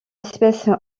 espèce